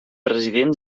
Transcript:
president